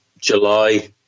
July